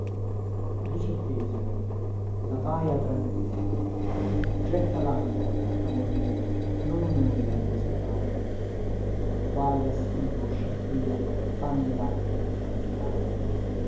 porta uuh uuuh uuuh getta lancora amor mio non unonda in questa baia quale assiduo sciacquìo fanno lacque tra la ghiaia